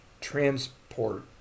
transport